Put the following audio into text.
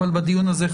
אבל בדיון הזה,